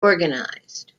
organized